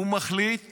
הוא מחליט